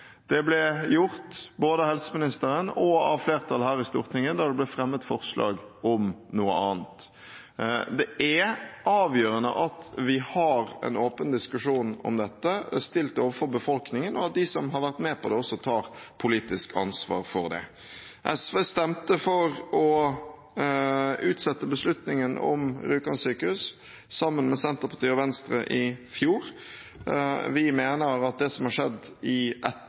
Det ble gjort både av helseministeren og av flertallet her i Stortinget da det ble fremmet forslag om noe annet. Det er avgjørende at vi har en åpen diskusjon om dette stilt overfor befolkningen, og at de som har vært med på det, også tar politisk ansvar for det. SV stemte for å utsette beslutningen om Rjukan sykehus, sammen med Senterpartiet og Venstre i fjor. Vi mener at det som har skjedd i